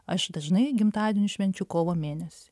aš dažnai gimtadienius švenčiu kovo mėnesį